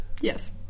Yes